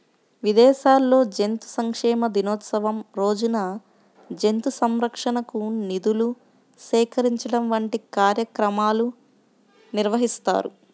విదేశాల్లో జంతు సంక్షేమ దినోత్సవం రోజున జంతు సంరక్షణకు నిధులు సేకరించడం వంటి కార్యక్రమాలు నిర్వహిస్తారు